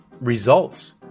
results